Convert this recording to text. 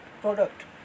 product